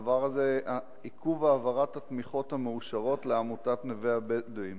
עיכוב העברת התמיכות המאושרות לעמותת "נווה הבדואים".